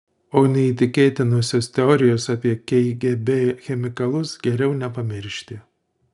o neįtikėtinosios teorijos apie kgb chemikalus geriau nepamiršti